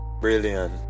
brilliant